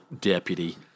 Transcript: deputy